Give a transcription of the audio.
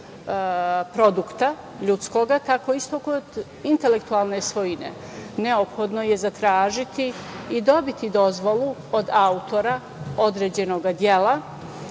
produkta ljudskog, tako isto kod intelektualne svojine, neophodno je zatražiti i dobiti dozvolu od autora određenog dela.